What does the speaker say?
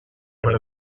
per